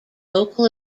local